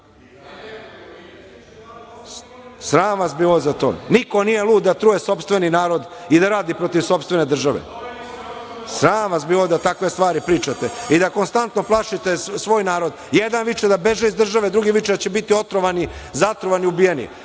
vas bilo za to. Niko nije lud da truje sopstveni narod i da radi protiv sopstvene države. Sram vas bilo da takve stvari pričate i da konstantno plašite svoj narod. Jedan viče da beže iz države, a drugi da viče da će biti otrovani, zatrovani, ubijeni,